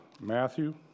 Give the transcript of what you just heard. Matthew